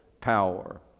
power